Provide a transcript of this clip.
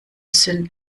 sind